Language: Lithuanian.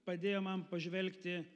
padėjo man pažvelgti